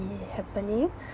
be happening